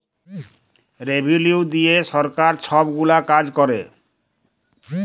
revenue দিঁয়ে সরকার ছব গুলা কাজ ক্যরে